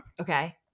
Okay